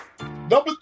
Number